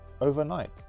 overnight